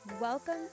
Welcome